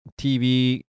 TV